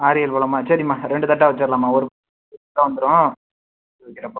ஆறேழு பழமா சரிம்மா ரெண்டு தட்டாக வச்சுரலாம்மா ஒரு வந்துரும் வைக்கிறேன்